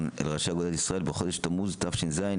אל ראשי אגודת ישראל בחודש תמוז תש"ז,